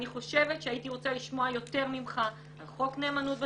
הייתי רוצה לשמוע ממך יותר על חוק נאמנות בתרבות,